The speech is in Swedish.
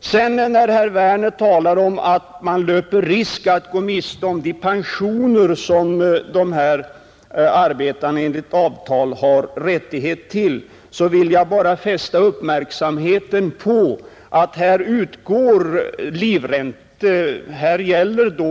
Eftersom herr Werner talade om att Vattenfalls anläggningsarbetare löper risk att gå miste om de pensioner som de enligt avtal har rättighet till, så vill jag bara fästa uppmärksamheten på att